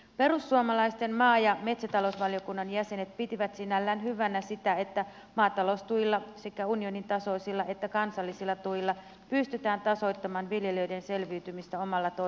perussuomalaisten maa ja metsätalousvaliokunnan jäsenet pitivät sinällään hyvänä sitä että maataloustuilla sekä unionin tasoisilla että kansallisilla tuilla pystytään tasoittamaan viljelijöiden selviytymistä omalla toimialallaan